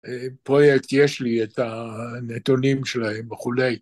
‫פרויקט, יש לי את הנתונים שלהם וכולי.